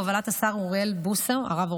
בהובלת הרב אוריאל בוסו,